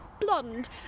blonde